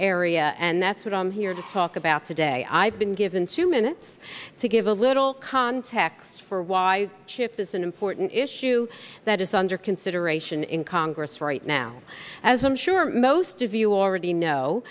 area and that's what i'm here to talk about today i've been given two minutes to give a little context for why shift is an important issue that is under consideration in congress right now as i'm sure most of you already know